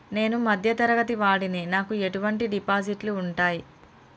నేను మధ్య తరగతి వాడిని నాకు ఎటువంటి డిపాజిట్లు ఉంటయ్?